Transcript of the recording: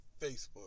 Facebook